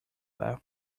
bath